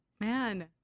man